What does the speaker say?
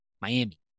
Miami